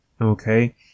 Okay